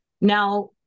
Now